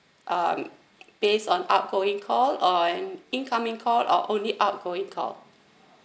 um based on outgoing call or an incoming call or only outgoing call